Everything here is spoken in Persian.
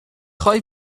خوای